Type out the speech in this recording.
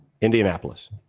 Indianapolis